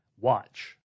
Watch